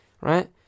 right